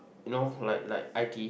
you know like like i_t_e